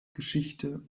geschichte